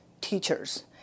teachers